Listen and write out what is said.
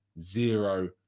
zero